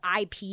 IP